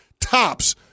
tops